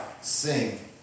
sing